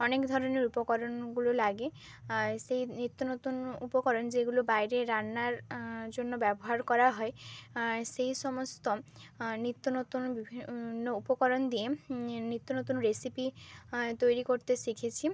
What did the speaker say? অনেক ধরনের উপকরণগুলো লাগে সেই নিত্য নতুন উপকরণ যেগুলো বাইরে রান্নার জন্য ব্যবহার করা হয় সেই সমস্ত নিত্য নতুন বিভিন্ন উপকরণ দিয়ে নিত্য নতুন রেসিপি তৈরি করতে শিখেছি